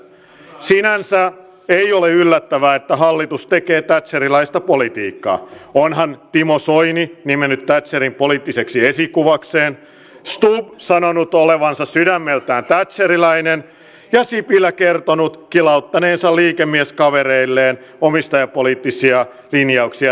sinänsä ei ole yllättävää että hallitus tekee thatcherilaista politiikkaa onhan timo soini nimennyt thatcherin poliittiseksi esikuvakseen stubb sanonut olevansa sydämeltään thatcherilainen ja sipilä kertonut kilauttaneensa liikemieskavereilleen omistajapoliittisia linjauksia tehdessään